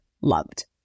loved